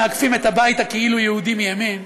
מאגפים את הבית הכאילו-יהודי מימין,